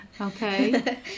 Okay